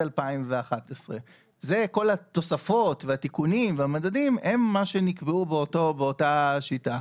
2011. כל התוספות והתיקונים והמדדים הם מה שנקבעו באותה שיטה.